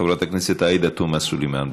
חברת הכנסת עאידה תומא סלימאן,